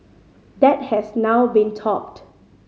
that has now been topped